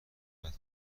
بعد